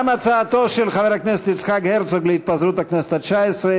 גם הצעת החוק של חבר הכנסת יצחק הרצוג להתפזרות הכנסת התשע-עשרה